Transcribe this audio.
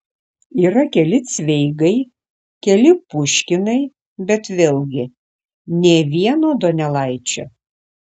yra keli cveigai keli puškinai bet vėlgi nė vieno donelaičio